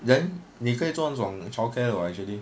then 你可以做那种 childcare [what] actually